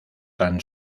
tan